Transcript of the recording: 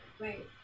Right